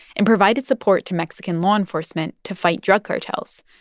and provided support to mexican law enforcement to fight drug cartels.